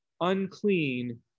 unclean